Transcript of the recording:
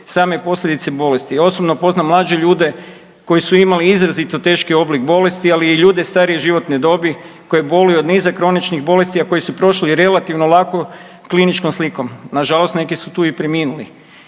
same posljedice bolesti. Ja osobno poznajem mlađe ljude koji su imali izrazito težak oblik bolesti, ali i ljude starije životne dobi koji boluju od niza kroničnih bolesti a koji su prošli relativno lako kliničkom slikom. Na žalost neki su tu i preminuli.